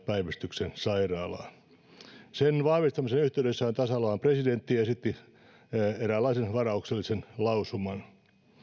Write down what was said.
päivystyksen sairaalaa sen vahvistamisen yhteydessähän tasavallan presidentti esitti eräänlaisen varauksellisen lausuman